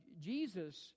jesus